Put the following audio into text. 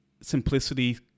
simplicity